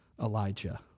Elijah